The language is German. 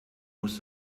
muss